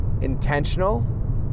intentional